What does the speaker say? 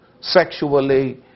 sexually